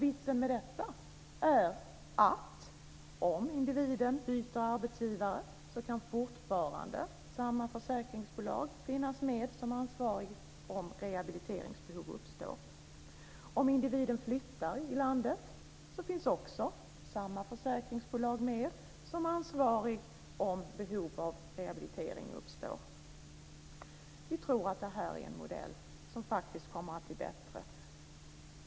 Vitsen med detta är att om individen byter arbetsgivare kan fortfarande samma försäkringsbolag finnas med som ansvarigt om rehabiliteringsbehov uppstår. Om individen flyttar i landet finns också samma försäkringsbolag med som ansvarigt om behov av rehabilitering uppstår. Vi tror att det här är en modell som faktiskt kommer att göra det bättre.